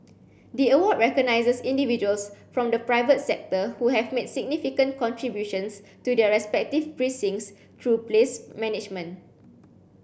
the award recognizes individuals from the private sector who have made significant contributions to their respective precincts through place management